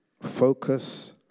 Focus